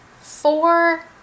four